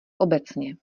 obecně